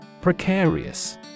Precarious